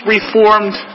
Reformed